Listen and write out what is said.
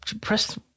press